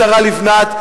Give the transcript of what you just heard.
השרה לבנת,